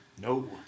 No